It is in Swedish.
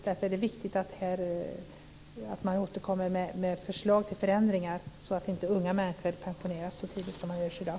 Därför är det viktigt att man återkommer med förslag till förändringar, så att unga människor inte pensioneras så tidigt som i dag.